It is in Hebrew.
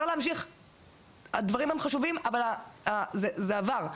הדברים הם חשובים אבל זה עבר.